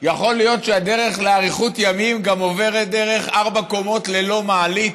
יכול להיות שהדרך לאריכות ימים גם עוברת דרך ארבע קומות ללא מעלית.